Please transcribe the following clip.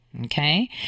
okay